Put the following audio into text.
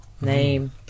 Name